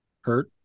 Hurt